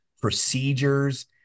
procedures